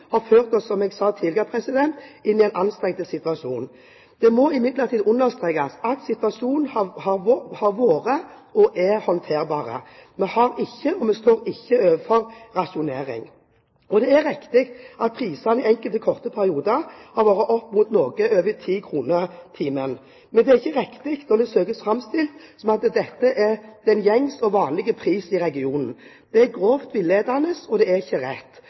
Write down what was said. har, som jeg sa tidligere, ført oss inn i en anstrengt situasjon. Det må imidlertid understrekes at situasjonen har vært og er håndterbar. Vi har ikke – og vi står ikke overfor – en rasjonering. Det er riktig at prisene i enkelte korte perioder har vært opp mot noe over 10 kr pr. kWh, men det er ikke riktig når det søkes framstilt som om dette er den gjengse og vanlige prisen i regionen. Det er grovt villedende og